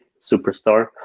superstar